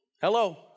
Hello